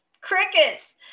crickets